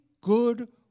good